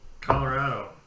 Colorado